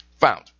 found